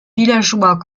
villageois